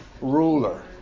Ruler